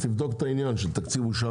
אז תבדוק את העניין של התקציב שאושר